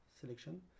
selection